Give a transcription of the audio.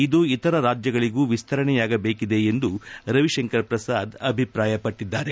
ಇದು ಇತರ ರಾಜ್ಯಗಳಗೂ ವಿಸ್ತರಣೆಯಾಗಬೇಕಿದೆ ಎಂದು ರವಿಶಂಕರ್ ಪ್ರಸಾದ್ ಅಭಿಪ್ರಾಯಪಟ್ಟದ್ದಾರೆ